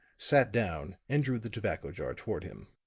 sat down and drew the tobacco jar toward him.